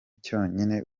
cyonyine